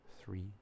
three